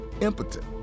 impotent